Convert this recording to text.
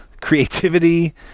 creativity